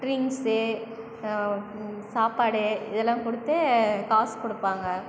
drinks சாப்பாடு இதெல்லாம் கொடுத்து காசு கொடுப்பாங்க